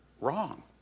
Wrong